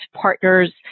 partners